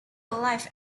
alive